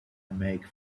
make